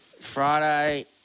Friday